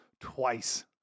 twice